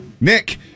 Nick